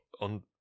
on